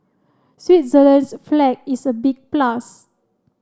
Switzerland's flag is a big plus